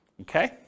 Okay